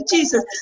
Jesus